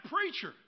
preacher